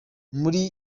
muri